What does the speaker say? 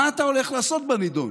מה אתה הולך לעשות בנדון?